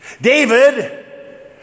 David